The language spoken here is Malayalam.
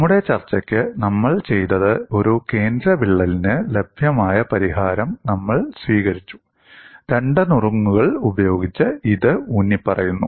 നമ്മുടെ ചർച്ചയ്ക്ക് നമ്മൾ ചെയ്തത് ഒരു കേന്ദ്ര വിള്ളലിന് ലഭ്യമായ പരിഹാരം നമ്മൾ സ്വീകരിച്ചു രണ്ട് നുറുങ്ങുകൾ ഉപയോഗിച്ച് ഇത് ഊന്നിപ്പറയുന്നു